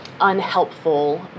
unhelpful